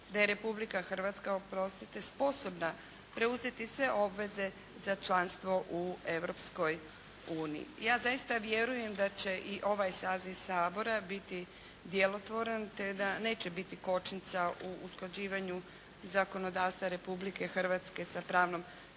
da je Republika Hrvatska sposobna preuzeti sve obveze za članstvo u Europskoj uniji. Ja zaista vjerujem da će i ovaj saziv Sabora biti djelotvoran te da neće biti kočnica u usklađivanju zakonodavstva Republike Hrvatske sa pravnom stečevinom